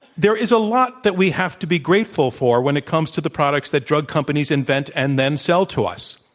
there is a lot that we have to be grateful for when it comes to the products that drug companies invent and then sell to us.